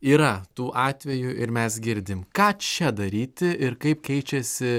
yra tų atvejų ir mes girdim ką čia daryti ir kaip keičiasi